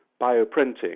bioprinting